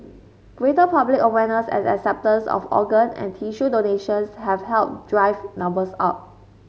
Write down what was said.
greater public awareness and acceptance of organ and tissue donations have helped drive numbers up